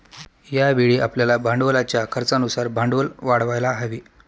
यावेळी आपल्याला भांडवलाच्या खर्चानुसार भांडवल वाढवायला हवे